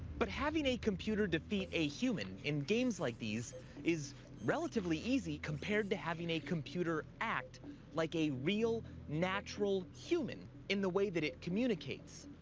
but having a computer defeat a human in games like these is relatively easy compared to having a computer act like a real, natural human in the way that it communicates.